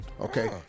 Okay